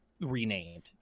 renamed